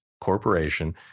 corporation